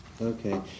Okay